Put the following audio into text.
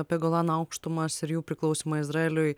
apie golano aukštumas ir jų priklausymą izraeliui